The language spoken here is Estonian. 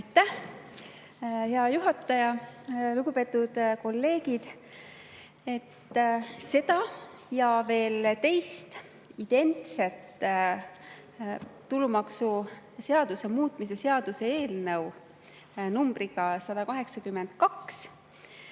hea juhataja! Lugupeetud kolleegid! Seda ja veel teist identset tulumaksuseaduse muutmise seaduse eelnõu numbriga 182